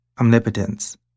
omnipotence